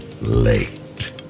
late